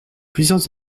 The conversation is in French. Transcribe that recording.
plusieurs